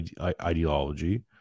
ideology